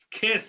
kiss